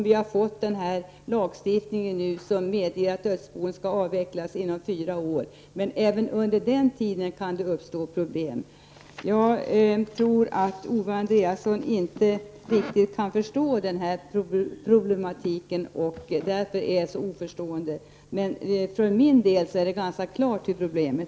Vi har nu fått en lagstiftning som medger att dödsbon kan avvecklas inom fyra år, men även under den tiden kan det ju uppstå problem. Jag tror att Owe Andréasson inte riktigt kan förstå den här problematiken och att det är därför han är så oförstående. För min del är det ganska klart vad som är problemet.